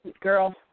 girl